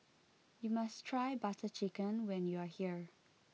you must try Butter Chicken when you are here